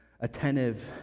attentive